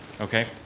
okay